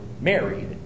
married